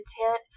intent